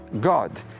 God